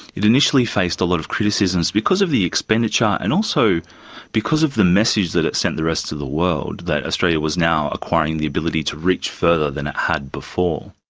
it initially faced a lot of criticisms because of the expenditure and also because of the message that it sent the rest of the world, that australia was now acquiring the ability to reach further than it had before.